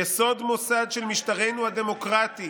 יסוד מוסד של משטרנו הדמוקרטי